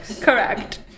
Correct